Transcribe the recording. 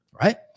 Right